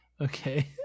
Okay